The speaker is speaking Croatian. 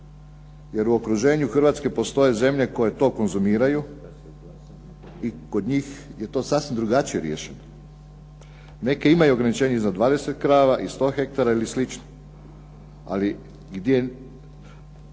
jer u okruženju Hrvatske postoje zemlje koje to konzumiraju i kod njih je to sasvim drugačije riješeno. Neke imaju ograničenje za 20 krava i 100 hektara ili slično. Ali u